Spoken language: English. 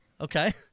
Okay